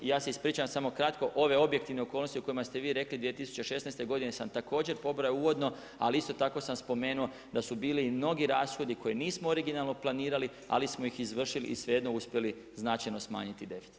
I ja se ispričavam, samo kratko, ove objektivne okolnosti o kojima ste vi rekli 2016. godine sam također pobrojao uvodno ali isto tako sam spomenuo da su bili i mnogi rashodi koje nismo originalno planirali ali smo iz izvršili i svejedno uspjeli značajno smanjiti deficit.